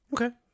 Okay